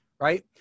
Right